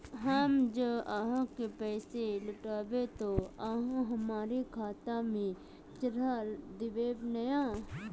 हम जे आहाँ के पैसा लौटैबे ते आहाँ हमरा खाता में चढ़ा देबे नय?